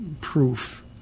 proof